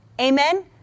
amen